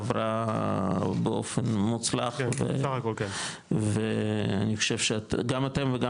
עברה באופן מוצלח ואני חושב שגם אתם וגם